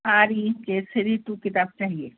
are E Kesari two کتاب چاہیے